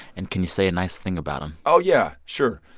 and can you say a nice thing about him? oh yeah, sure.